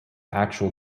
actual